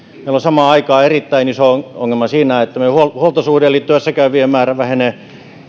on samaan aikaan erittäin iso ongelma meidän huoltosuhteessa eli työssäkäyvien määrä vähenee